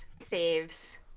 saves